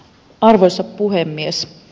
arvoisa puhemies